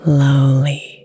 Slowly